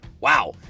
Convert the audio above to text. Wow